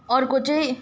अर्को चाहिँ